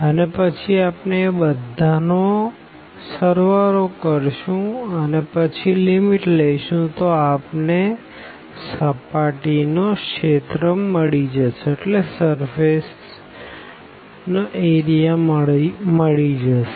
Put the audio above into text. અને પછી આપણે એ બધા ટુકડા નો સળવાળો કરશું અને પછી લીમીટ લઈશું તો આપણને સર્ફેસ નો રિજિયન મળી જશે